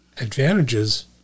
advantages